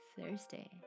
Thursday